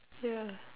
ya